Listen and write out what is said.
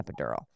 epidural